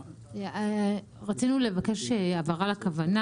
רצינו לבקש להבהרה לכוונה,